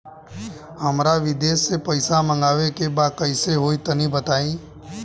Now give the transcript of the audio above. हमरा विदेश से पईसा मंगावे के बा कइसे होई तनि बताई?